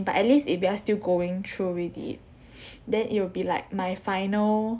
but at least it we are still going through with it then it will be like my final